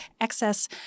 excess